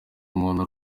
umuntu